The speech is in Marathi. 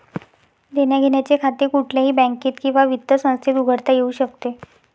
देण्याघेण्याचे खाते कुठल्याही बँकेत किंवा वित्त संस्थेत उघडता येऊ शकते